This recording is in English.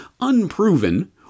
unproven